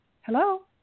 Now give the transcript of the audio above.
Hello